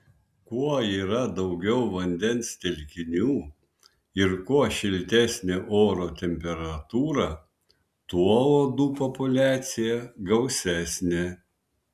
kuo yra daugiau vandens telkinių ir kuo šiltesnė oro temperatūra tuo uodų populiacija gausesnė